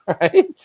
right